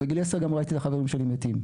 ובגיל 10 גם ראיתי את החברים שלי מתים.